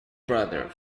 brother